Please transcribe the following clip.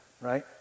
right